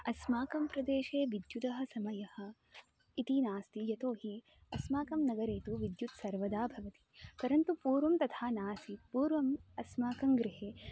अस्माकं प्रदेशे विद्युदः समयः इति नास्ति यतो हि अस्माकं नगरे तु विद्युत् सर्वदा भवति परन्तु पूर्वं तथा नासीत् पूर्वम् अस्माकं गृहे